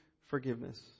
forgiveness